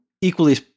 equally